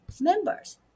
members